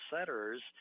setters